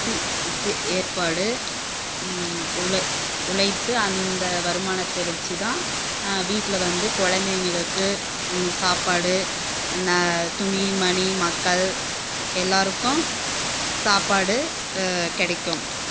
C சி ஏற்பாடு உழ உழைத்து அந்த வருமானத்தை வச்சி தான் வீட்டில் வந்து குழந்தைங்களுக்கு சாப்பாடு அன்ன துணி மணி மக்கள் எல்லோருக்கும் சாப்பாடு கிடைக்கும்